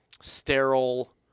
sterile